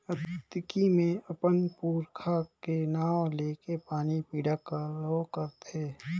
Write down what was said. अक्ती मे अपन पूरखा के नांव लेके पानी पिंडा घलो करथे